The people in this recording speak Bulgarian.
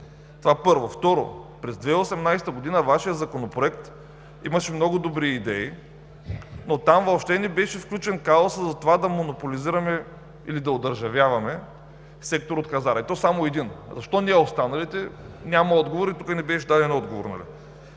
Това – първо. Второ, през 2018 г. Вашият законопроект имаше много добри идеи, но там въобще не беше включен казусът за това да монополизираме или да одържавяваме сектор от хазарта, и то само един. Защо не и останалите? Тук няма отговор и не беше даден отговор. Да,